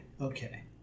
Okay